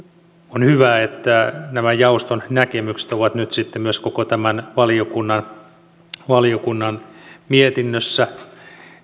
on hyvä että nämä jaoston näkemykset ovat nyt sitten myös koko tämän valiokunnan valiokunnan mietinnössä